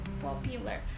popular